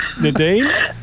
Nadine